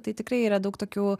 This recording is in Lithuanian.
tai tikrai yra daug tokių